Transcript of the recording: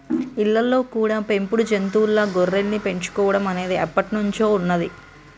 ఇళ్ళల్లో కూడా పెంపుడు జంతువుల్లా గొర్రెల్ని పెంచుకోడం అనేది ఎప్పట్నుంచో ఉన్నది